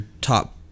top